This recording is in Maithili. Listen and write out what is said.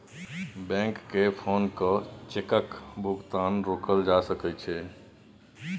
बैंककेँ फोन कए चेकक भुगतान रोकल जा सकै छै